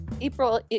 April